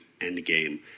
Endgame